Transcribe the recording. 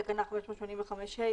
בתקנה 587ה,